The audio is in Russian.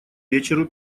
вечеру